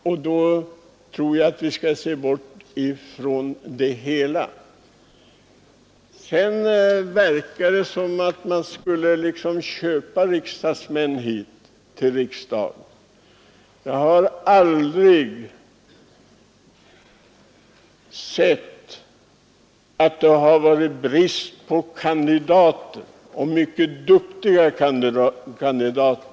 Vidare verkar det nästan som om vi måste köpa de ledamöter som skall ta plats här i riksdagen, men jag har då aldrig märkt att det har rått brist på riksdagskandidater — och mycket duktiga kandidater!